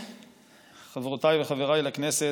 חברותיי וחבריי לכנסת,